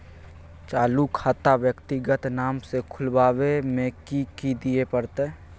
चालू खाता व्यक्तिगत नाम से खुलवाबै में कि की दिये परतै?